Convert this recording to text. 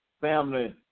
family